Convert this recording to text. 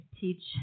teach